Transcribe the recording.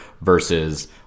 versus